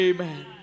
Amen